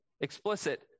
explicit